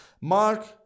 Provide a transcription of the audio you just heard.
Mark